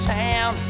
town